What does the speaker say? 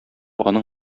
аның